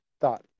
thought